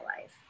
life